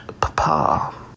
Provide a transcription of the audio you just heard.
Papa